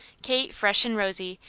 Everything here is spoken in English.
kate, fresh and rosy,